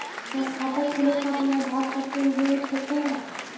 का खाता खोले खातिर आधार कार्ड के भी जरूरत होखेला?